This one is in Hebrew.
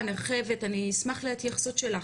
אני אשמח להתייחסות שלך.